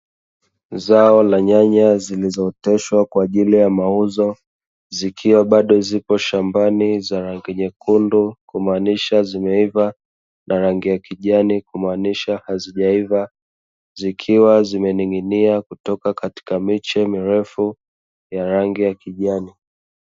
Zao la nyanya zilizooteshwa kwa ajili ya mauzo, zikiwa bado zipo shambani za rangi nyekundu kumaanisha zimeisha na rangi ya kijani kumaanisha hazijaiva, zikiwa zimening'inia kutoka katika miti mirefu ya rangi ya kijani.